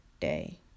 day